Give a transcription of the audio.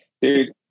dude